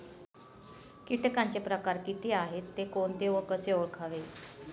किटकांचे प्रकार किती आहेत, ते कोणते व कसे ओळखावे?